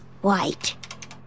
White